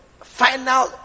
final